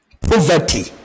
poverty